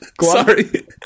Sorry